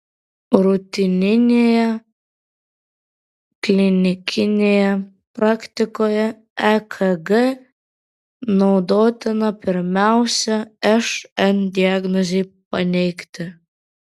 rutininėje klinikinėje praktikoje ekg naudotina pirmiausia šn diagnozei paneigti